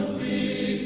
the